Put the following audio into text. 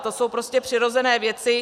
To jsou prostě přirozené věci.